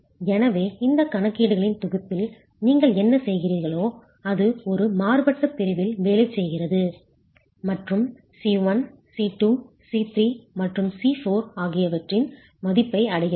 எனவே இந்த கணக்கீடுகளின் தொகுப்பில் நீங்கள் என்ன செய்கிறீர்களோ அது ஒரு மாற்றப்பட்ட பிரிவில் வேலை செய்கிறது மற்றும் C1 C2 C3 மற்றும் C4 ஆகியவற்றின் மதிப்பை அடைகிறது